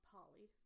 Polly